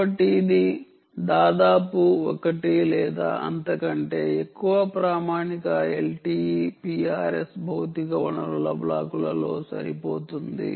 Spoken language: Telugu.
కాబట్టి ఇది దాదాపు ఒకటి లేదా అంతకంటే ఎక్కువ ప్రామాణిక LTE PRS భౌతిక వనరుల బ్లాకులలో సరిపోతుంది